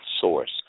source